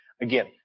again